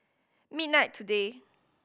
midnight today